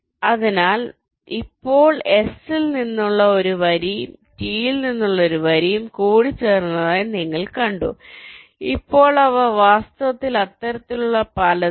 അതിനാൽ ഇപ്പോൾ S ൽ നിന്നുള്ള ഒരു വരിയും T യിൽ നിന്നുള്ള ഒരു വരിയും കൂടിച്ചേർന്നതായി നിങ്ങൾ കണ്ടു ഇപ്പോൾ അവ വാസ്തവത്തിൽ അത്തരത്തിലുള്ള പലതും